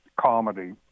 comedy